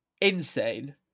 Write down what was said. insane